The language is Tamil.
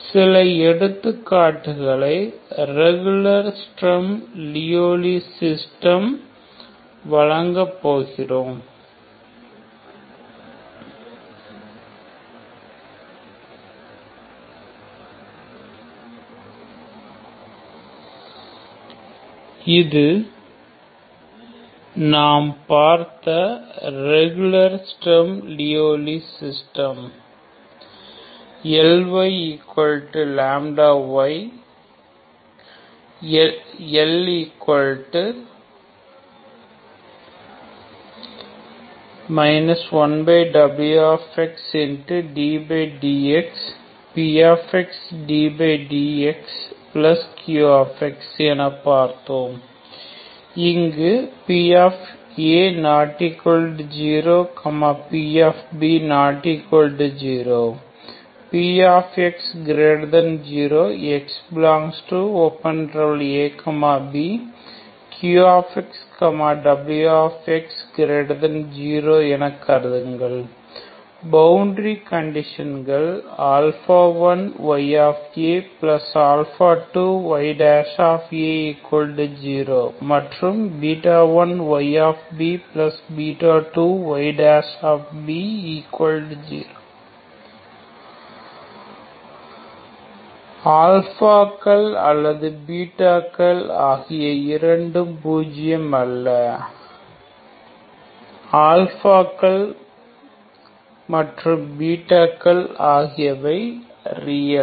சில எடுத்துக்காட்டுகளை ரெகுலர் ஸ்டெர்ம் லியோவ்லி சிஸ்டத்திற்க்கு வழங்க போகிறோம் இது நாம் பார்த்த regular Sturm Liouville system Ly λy L 1w ddx pxddxq என நாம் பார்த்தோம் இங்கு pa≠0 p≠0 px0 x ∈ab qx wx0என கருதுங்கள் பவுண்டரி கண்டிஷன்கள்1y a 2y a0 மற்றும் 1y b 2y b0 isஅல்லது isஆகிய இரண்டும் பூஜ்ஜியம் அல்ல ஆகியவை is isஆகியவை ரியல்